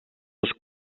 els